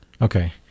okay